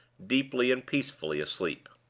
deeply and peacefully asleep.